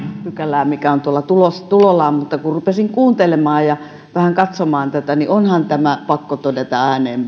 pykälää mikä on tuolla tulollaan mutta kun rupesin kuuntelemaan ja vähän katsomaan tätä niin onhan tämä pakko todeta myös ääneen